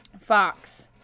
Fox